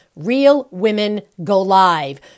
RealWomenGoLive